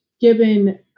given